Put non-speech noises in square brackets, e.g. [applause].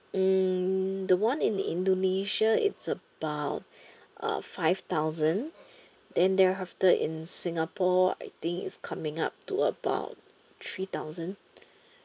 hmm the one in indonesia it's about [breath] uh five thousand then thereafter in singapore I think is coming up to about three thousand [breath]